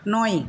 নয়